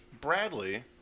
Bradley